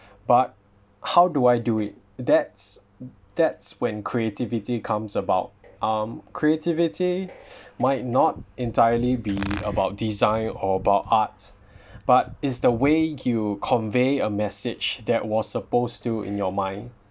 but how do I do it that's that's when creativity comes about um creativity might not entirely be about design or about art but it's the way you convey a message that was supposed to in your mind